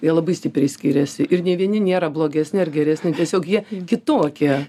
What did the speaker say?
jie labai stipriai skiriasi ir nei vieni nėra blogesni ar geresni tiesiog jie kitokie